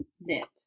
knit